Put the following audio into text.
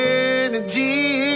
energy